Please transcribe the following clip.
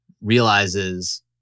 realizes